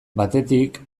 batetik